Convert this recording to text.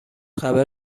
خبر